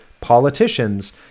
politicians